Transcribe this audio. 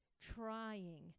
trying